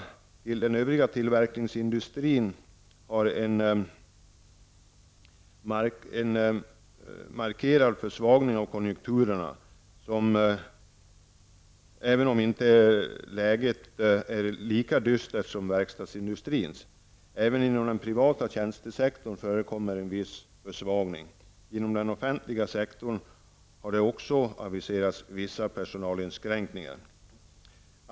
Även den övriga tillverkningsindustrin har en markant försvagning av konjunkturen, även om läget inte är lika dystert som för verkstadsindustrin. Även inom den privata tjänstesektorn förekommer en viss försvagning. Inom den offentliga sektorn har det också aviserats vissa personalinskränkningar.